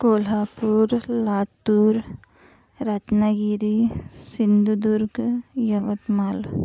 Kolhapur Latur Ratnagiri Sindhudurg Yavatmal